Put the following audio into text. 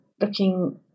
looking